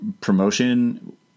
promotion